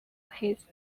his